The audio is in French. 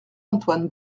antoine